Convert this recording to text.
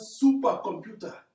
supercomputer